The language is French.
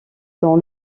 dans